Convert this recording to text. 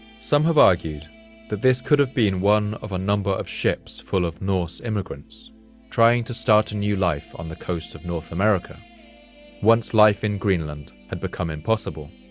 some have argued that this could have been one of a number of ships full of norse immigrants trying to start a new life on the coast of north america once life in greenland had become impossible.